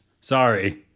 Sorry